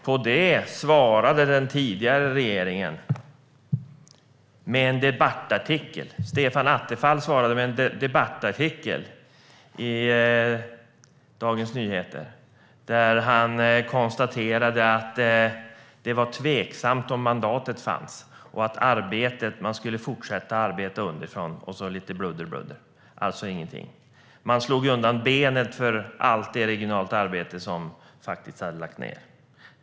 På detta svarade Stefan Attefall i den tidigare regeringen med en debattartikel i Dagens Nyheter, där han konstaterade att det var tveksamt om mandatet fanns och att man skulle fortsätta arbeta underifrån och så lite bludder - alltså ingenting. Man slog undan benen för allt det regionala arbete som faktiskt hade lagts ned.